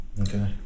okay